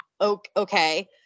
okay